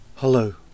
Hello